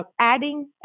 adding